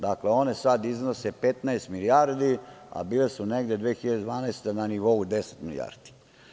Dakle, one sada iznose 15 milijardi, a bile su negde 2012. godine na nivou 10 milijardi.